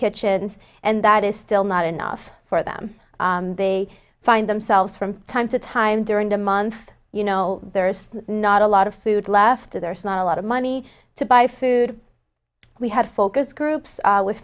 kitchens and that is still not enough for them they find themselves from time to time during the month you know there's not a lot of food left to their small lot of money to buy food we had focus